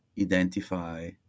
identify